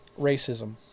racism